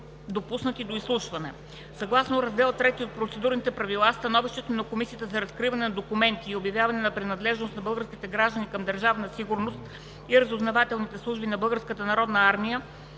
допуснати до изслушване. Съгласно Раздел III от Процедурните правила становището на Комисията за разкриване на документите и за обявяване на принадлежност на българските граждани към Държавна сигурност и разузнавателните служби на